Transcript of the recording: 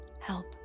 help